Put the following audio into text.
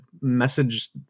message